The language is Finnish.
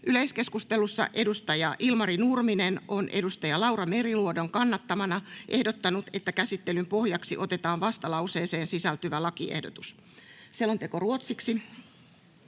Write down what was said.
Yleiskeskustelussa Ilmari Nurminen on Laura Meriluodon kannattamana ehdottanut, että käsittelyn pohjaksi otetaan vastalauseeseen sisältyvä lakiehdotus. [Speech 4]